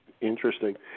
Interesting